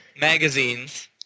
magazines